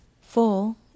Full